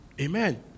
Amen